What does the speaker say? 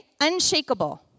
unshakable